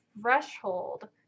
threshold